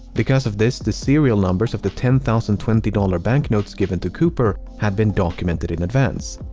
because of this, the serial numbers of the ten thousand twenty dollars banknotes given to cooper had been documented in advance.